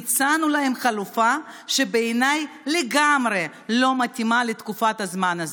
הצענו להם חלופה שבעיניי לגמרי לא מתאימה לתקופת הזמן הזאת,